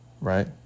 right